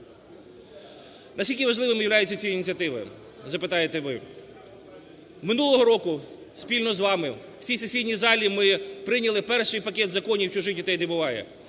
Наскільки важливими являються ці ініціативи, запитаєте ви. Минулого року спільно з вами в цій сесійній залі ми прийняли перший пакет законів "чужих дітей не буває",